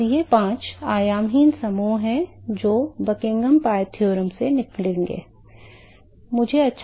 और ये पांच आयामहीन समूह हैं जो बकिंघम पाई प्रमेय से निकलेंगे